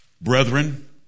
brethren